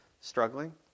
struggling